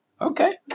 Okay